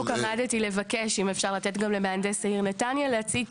בדיוק עמדתי לבקש אם אפשר לתת גם למהנדס העיר נתניה להציג,